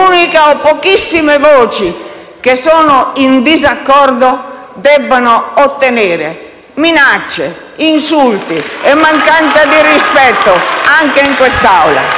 pochissime voci che sono in disaccordo debbano ottenere minacce, insulti e mancanza di rispetto anche in quest'Aula.